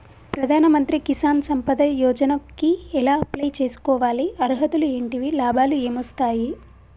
ప్రధాన మంత్రి కిసాన్ సంపద యోజన కి ఎలా అప్లయ్ చేసుకోవాలి? అర్హతలు ఏంటివి? లాభాలు ఏమొస్తాయి?